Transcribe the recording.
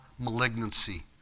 Malignancy